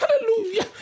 Hallelujah